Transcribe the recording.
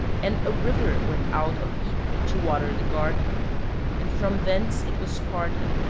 and a river went out of eden to water the garden and from thence it was parted,